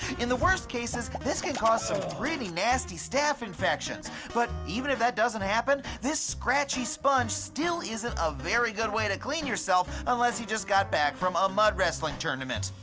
in the worst cases, this can cause some pretty nasty staph infections. but even if that doesn't happen, this scratchy sponge still isn't a very good way to clean yourself, unless you just got back frm a mud wrestling tournament.